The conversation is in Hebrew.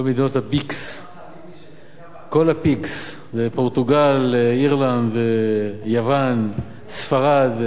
כל מדינות ה-PIIGS, פורטוגל, אירלנד ויוון, ספרד,